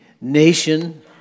nation